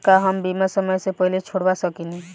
का हम बीमा समय से पहले छोड़वा सकेनी?